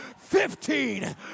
fifteen